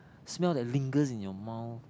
smell that lingers in your mouth